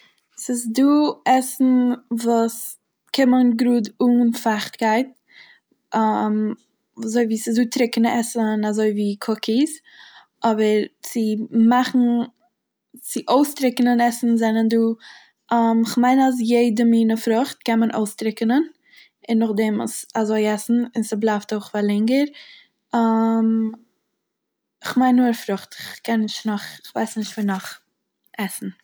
ס'איז דא עסן וואס קומען גראד אן פייכטקייט, אזוי ווי ס'איז דא טרוקענע עסן אזוי ווי קאקיס, אבער צו מאכן- צו אויסטרוקענען עסן זענען דא כ'מיין אז יעדע מינע פרוכט קען מען אויסטרוקענען, און נאכדעם עס אזוי עסן און ס'בלייבט אויך פאר לענגער, כ'מיין נאר פרוכט, כ'קען נישט נאך- כ'ווייסט נישט פון נאך עסן.